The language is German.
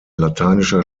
lateinischer